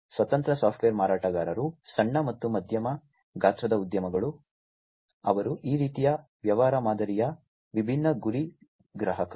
ಸ್ವತಂತ್ರ ಸಾಫ್ಟ್ವೇರ್ ಮಾರಾಟಗಾರರು ಸಣ್ಣ ಮತ್ತು ಮಧ್ಯಮ ಗಾತ್ರದ ಉದ್ಯಮಗಳು ಅವರು ಈ ರೀತಿಯ ವ್ಯವಹಾರ ಮಾದರಿಯ ವಿಭಿನ್ನ ಗುರಿ ಗ್ರಾಹಕರು